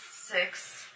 six